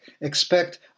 expect